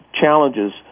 challenges